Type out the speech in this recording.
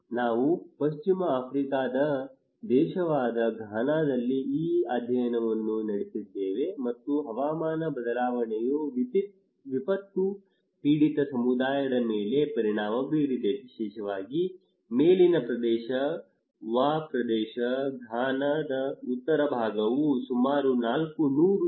ನಾವು ಪಶ್ಚಿಮ ಆಫ್ರಿಕಾದ ದೇಶವಾದ ಘಾನಾದಲ್ಲಿ ಈ ಅಧ್ಯಯನವನ್ನು ನಡೆಸಿದ್ದೇವೆ ಮತ್ತು ಹವಾಮಾನ ಬದಲಾವಣೆಯು ವಿಪತ್ತು ಪೀಡಿತ ಸಮುದಾಯದ ಮೇಲೆ ಪರಿಣಾಮ ಬೀರಿದೆ ವಿಶೇಷವಾಗಿ ಮೇಲಿನ ಪ್ರದೇಶ ವಾ ಪ್ರದೇಶ ಘಾನಾದ ಉತ್ತರ ಭಾಗವು ಸುಮಾರು ನಾಲ್ಕು ನೂರು ಕಿ